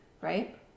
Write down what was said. right